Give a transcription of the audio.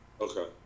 Okay